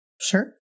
Sure